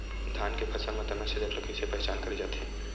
धान के फसल म तना छेदक ल कइसे पहचान करे जाथे?